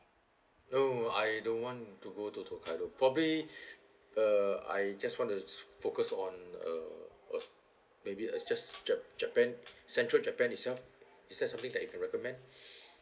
no I don't want to go to hokkaido probably uh I just want to focus on uh maybe uh just jap~ japan central japan itself is that something that you can recommend